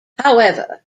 however